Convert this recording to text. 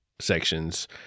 sections